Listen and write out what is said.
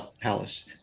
palace